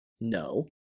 No